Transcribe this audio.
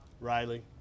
Riley